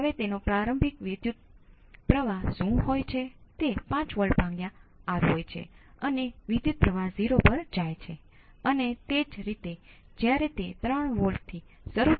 તેથી આ શોધવું એ છે કે તમારે t બરાબર 0 પર કોઈ વિસંગતતા છે કે કેમ તે પણ શોધવાનું છે